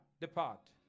depart